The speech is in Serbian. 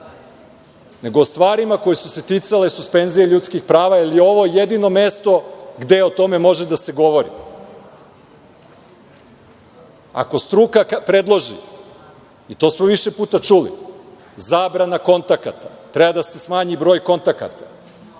nego o stvarima koje su se ticale suspenzije ljudskih prava jer je ovo jedino mesto gde o tome može da se govori. Ako struka predloži i to smo više puta čuli, zabranu kontakata treba da se smanji broj kontakata,